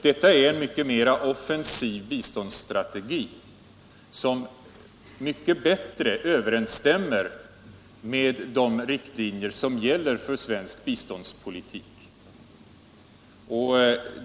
Detta är en mer offensiv biståndsstrategi, som mycket bättre än er överensstämmer med de riktlinjer som gäller för svensk biståndspolitik.